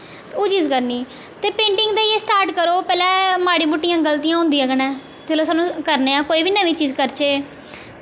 ते ओह् चीज़ करनी ते पेंटिंग दा एह् स्टार्ट करो पैह्लें माड़ियां मुट्टियां गल्तियां होंदियां गै न जिसलै सानूं करने आं कोई बी नमीं चीज करचै